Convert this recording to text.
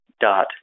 dot